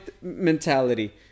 mentality